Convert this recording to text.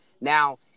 now